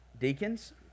Deacons